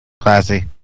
classy